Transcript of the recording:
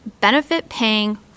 benefit-paying